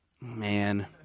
man